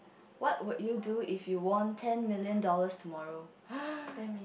what would you do if you won ten million dollars tomorrow